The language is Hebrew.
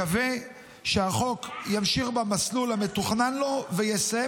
מקווה שהחוק ימשיך במסלול המתוכנן לו ויסיים